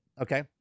Okay